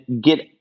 get